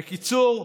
בקיצור,